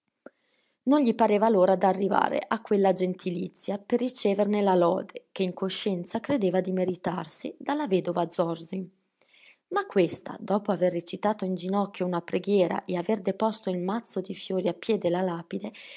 non gli pareva l'ora d'arrivare a quella gentilizia per riceverne la lode che in coscienza credeva di meritarsi dalla vedova zorzi ma questa dopo aver recitato in ginocchio una preghiera e aver deposto il mazzo di fiori a piè della lapide